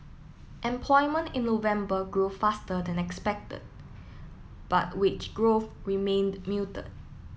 employment in November grow faster than expected but wage growth remained muted